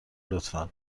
لطفا